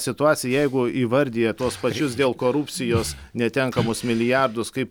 situacija jeigu įvardija tuos pačius dėl korupcijos netenkamus milijardus kaip